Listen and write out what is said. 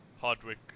Hardwick